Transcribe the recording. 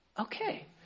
okay